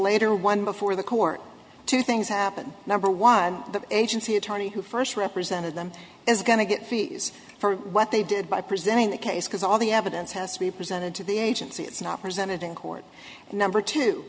later won before the court two things happen number one the agency attorney who first represented them is going to get feet for what they did by presenting the case because all the evidence has to be presented to the agency it's not presented in court and number two